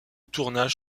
tournage